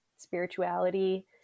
Spirituality